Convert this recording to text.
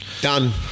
done